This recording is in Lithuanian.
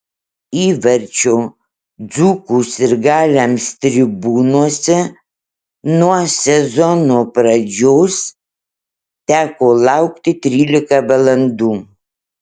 įvarčio dzūkų sirgaliams tribūnose nuo sezono pradžios teko laukti trylika valandų